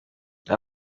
aya